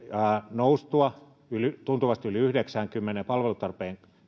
noustua tuntuvasti yli yhdeksäänkymmeneen ja palvelutarpeen